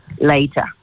later